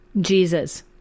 Jesus